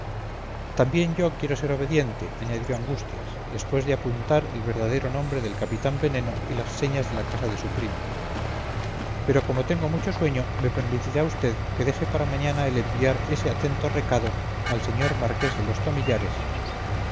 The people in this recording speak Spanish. también yo quiero ser obediente añadió angustias después de apuntar el verdadero nombre del capitán veneno y las señas de la casa de su primo pero como tengo mucho sueño me permitirá usted que deje para mañana el enviar ese atento recado al señor marqués de los